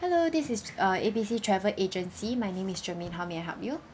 hello this is uh A B C travel agency my name is germaine how may I help you